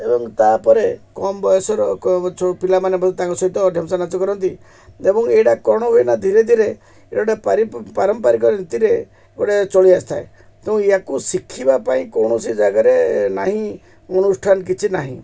ଏବଂ ତାପରେ କମ ବୟସର ପିଲାମାନେ ମଧ୍ୟ ତାଙ୍କ ସହିତ ଢେମ୍ସା ନାଚ କରନ୍ତି ଏବଂ ଏଇଟା କ'ଣ ହୁଏନା ଧୀରେ ଧୀରେ ଏଇଟା ଗୋଟେ ପାରମ୍ପରିକ ରୀତିରେ ଗୋଟେ ଚଳି ଆସିଥାଏ ତେଣୁ ଏହାକୁ ଶିଖିବା ପାଇଁ କୌଣସି ଜାଗାରେ ନାହିଁ ଅନୁଷ୍ଠାନ କିଛି ନାହିଁ